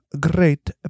great